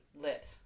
lit